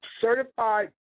certified